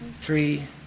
three